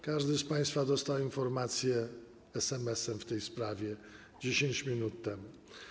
Każdy z państwa dostał informację SMS-em w tej sprawie 10 minut temu.